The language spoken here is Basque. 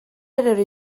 erori